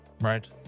right